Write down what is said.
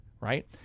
right